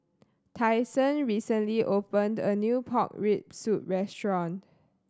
Tyson recently opened a new pork rib soup restaurant